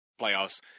playoffs